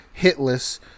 hitless